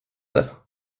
det